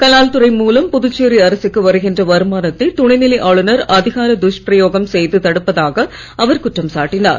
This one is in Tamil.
கலால் துறை மூலம் புதுச்சேரி அரசுக்கு வருகின்ற வருமானத்தை துணைநிலை ஆளுநர் அதிகார துஷ்பிரயோகம் செய்து தடுப்பதாக அவர் குற்றம் சாட்டினார்